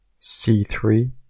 c3